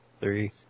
three